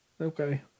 Okay